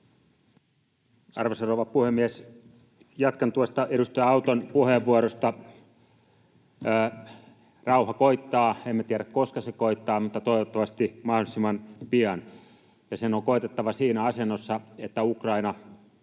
Arvoisa rouva puhemies! Jatkan tuosta edustaja Auton puheenvuorosta. Rauha koittaa. Emme tiedä, koska se koittaa, mutta toivottavasti mahdollisimman pian. Ja sen on koitettava siinä asennossa, että Ukraina